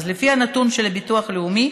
אז לפי הנתון של הביטוח הלאומי,